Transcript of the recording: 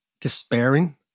despairing